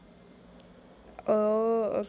oh